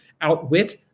outwit